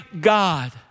God